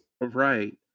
right